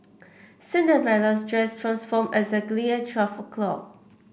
Cinderell's dress transformed exactly at twelve o'clock